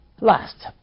Last